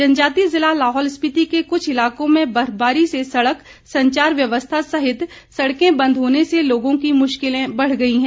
जनजातीय जिला लाहौल स्पिति के कुछ इलाकों में बर्फबारी से सड़क संचार व्यवस्था सहित सड़कें बंद होने से लोगों की मुश्किलें बढ़ गई हैं